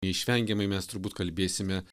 neišvengiamai mes turbūt kalbėsime